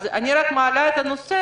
אני רק מעלה את הנושא,